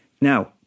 Now